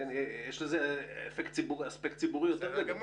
יש לזה אספקט ציבורי קריטי.